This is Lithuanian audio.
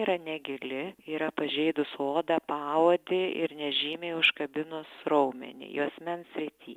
yra negili yra pažeidus odą paodį ir nežymiai užkabinus raumenį juosmens srity